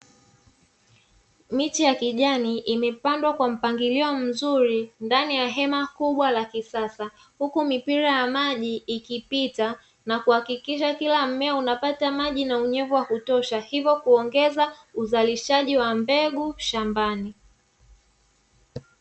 Miche ya kijani imepandwa kwa mpangilio mzuri ndani ya hema kubwa la kisasa, huku mipira ya maji ikipita na kuhakikisha kila mmea unapata maji na unyevu wa kutosha hivyo kuongeza uzalishaji wa mbegu shambani.